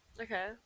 Okay